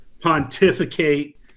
pontificate